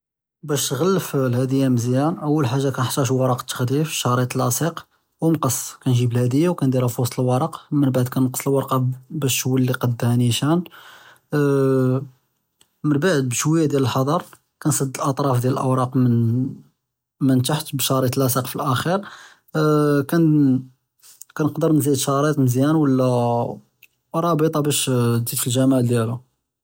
באש תעְ'לף אלהדִיה מזיאן אול חאגה כִנחְתָאגו ורק אלתעְ'לִיף, שְריט לאצֶק ומקָּץ, כנג'יב אלהדִיה וכּנדירהא פִווסט אלוּרק, מן בעד כנקּץ אלוּרקה באש תוּלי קדְהָא נִישָאן, אה מן בעד בשוִיָה דיאל אלחצ'ר כנסד אלאטְרָאפ דיאל אלאואראק מן מן תחת בּשְריט לאצק, פלאכִ'יר אה כנקדר נזיד שְריט מזיאן ולא ראבּטָה באש תזיד פלג'מאל דיאלהא.